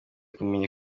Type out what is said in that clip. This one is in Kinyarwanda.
kumenya